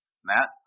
Matt